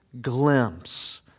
glimpse